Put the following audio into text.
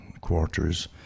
quarters